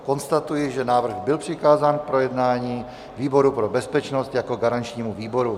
Konstatuji, že návrh byl přikázán k projednání výboru pro bezpečnost jako garančnímu výboru.